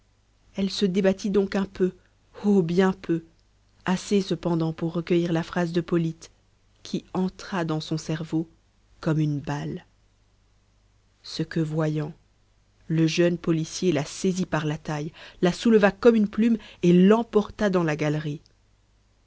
elle se débattit donc un peu oh bien peu assez cependant pour recueillir la phrase de polyte qui entra dans son cerveau comme une balle ce que voyant le jeune policier la saisit par la taille la souleva comme une plume et l'emporta dans la galerie